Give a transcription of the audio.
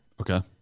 Okay